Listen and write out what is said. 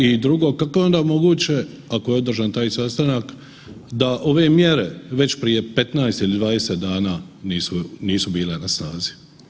I drugo, kako je onda moguće, ako je održan taj sastanak da ove mjere već prije 15 ili 20 dana nisu bile na snazi?